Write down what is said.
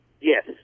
Yes